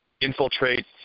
infiltrate